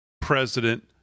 president